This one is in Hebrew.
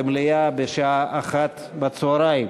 במליאה בשעה 13:00,